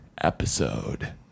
episode